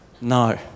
No